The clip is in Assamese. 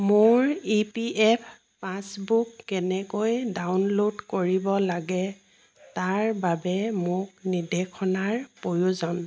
মোৰ ই পি এফ পাছবুক কেনেকৈ ডাউনলোড কৰিব লাগে তাৰ বাবে মোক নিৰ্দেশনাৰ প্ৰয়োজন